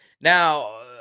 now